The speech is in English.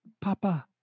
Papa